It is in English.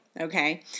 okay